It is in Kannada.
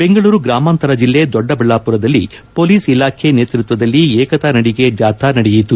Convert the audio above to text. ಬೆಂಗಳೂರು ಗ್ರಾಮಾಂತರ ಜಿಲ್ಲೆ ದೊಡ್ಡಬಳ್ಳಾಪುರದಲ್ಲಿ ಪೊಲೀಸ್ ಇಲಾಖೆ ನೇತೃತ್ವದಲ್ಲಿ ಏಕತಾ ನಡಿಗೆ ಜಾಥಾ ನಡೆಯಿತು